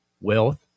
wealth